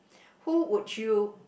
who would you